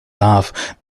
love